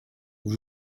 vous